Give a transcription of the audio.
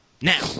now